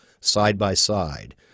side-by-side